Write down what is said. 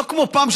ולא כמו פעם,